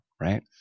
right